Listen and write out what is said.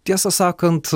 tiesą sakant